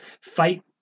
fight